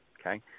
okay